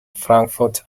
frankfurt